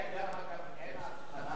דרך אגב, אין הבחנה.